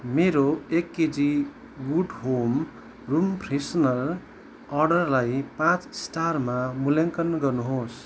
मेरो एक KG good home room freshener अर्डरलाई पाँच स्टारमा मूल्याङ्कन गर्नुहोस्